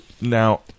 Now